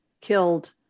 killed